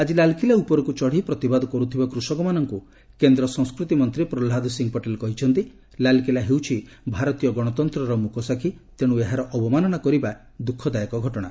ଆଜି ଲାଲ୍କିଲା ଉପରକୁ ଚଢ଼ି ପ୍ରତିବାଦ କରୁଥିବା କୃଷକମାନଙ୍କୁ କେନ୍ଦ୍ର ସଂସ୍କୃତି ମନ୍ତ୍ରୀ ପହଲ୍ଲାଦ ସିଂହ ପଟେଲ କହିଛନ୍ତି ଲାଲକିଲା ହେଉଛି ଭାରତୀୟ ଗଣତନ୍ତ୍ରର ମୁକଶାଖୀ ତେଣୁ ଏହାର ଅବମାନନା କରିବା ଦ୍ରଃଖଦାୟକ ଘଟଣା